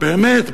באמת,